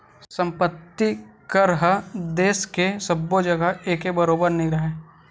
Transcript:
संपत्ति कर ह देस के सब्बो जघा एके बरोबर नइ राहय